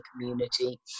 community